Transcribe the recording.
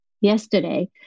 yesterday